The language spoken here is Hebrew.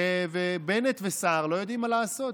ובנט וסער לא יודעים מה לעשות.